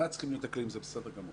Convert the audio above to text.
זה בסדר גמור.